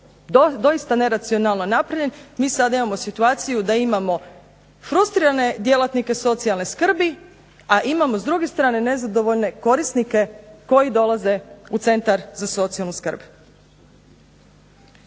doista neracionalno napravljen, mi sada imamo situaciju da imamo frustrirane djelatnike socijalne skrbi, a imamo s druge strane nezadovoljne korisnike koji dolaze u centar za socijalnu skrb.